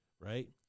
right